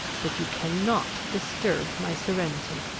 but you cannot disturb my serenity.